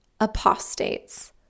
apostates